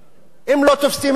אם לא תופסים את העבריינים,